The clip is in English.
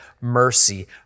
mercy